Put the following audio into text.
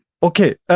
Okay